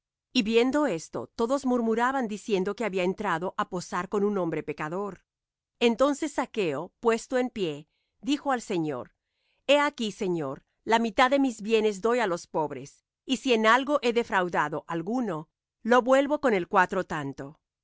y viendo esto todos murmuraban diciendo que había entrado á posar con un hombre pecador entonces zaqueo puesto en pie dijo al señor he aquí señor la mitad de mis bienes doy á los pobres y si en algo he defraudado á alguno lo vuelvo con el cuatro tanto